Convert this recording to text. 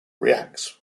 reacts